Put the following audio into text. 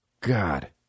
God